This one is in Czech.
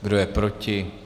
Kdo je proti?